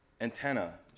antenna